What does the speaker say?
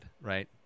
Right